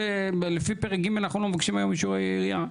לפי פרק ג' אנחנו מבקשים היום אישור עירייה.